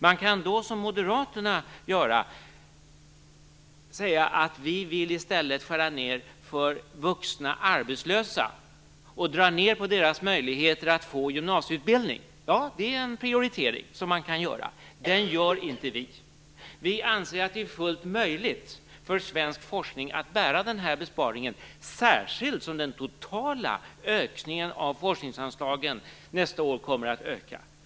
Man kan då som Moderaterna säga att vi i stället vill skära ned för vuxna arbetslösa och dra ned på deras möjligheter att gå gymnasieutbildning. Det är en prioritering som man kan göra, men den gör inte vi. Vi anser att det är fullt möjligt för svensk forskning att bära den här besparingen, särskilt som de totala forskningsanslagen nästa år kommer att öka.